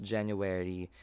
January